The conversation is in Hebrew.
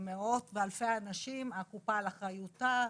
מאות ואלפי אנשים הקופה על אחריותה,